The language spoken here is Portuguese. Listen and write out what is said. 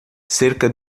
cerca